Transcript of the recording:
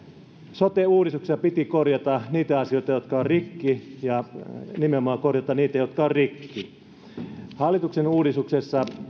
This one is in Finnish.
sote uudistuksessa piti korjata niitä asioita jotka ovat rikki nimenomaan korjata niitä jotka ovat rikki hallituksen uudistuksessa